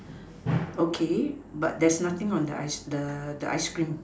okay but there's nothing on the ice cream